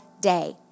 day